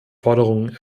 forderungen